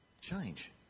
change